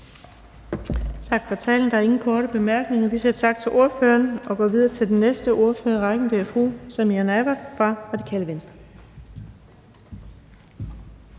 Tak for talen. Der er ingen korte bemærkninger. Vi siger tak til ordføreren og går videre til den næste ordfører i rækken, og det er fru Samira Nawa fra Radikale Venstre.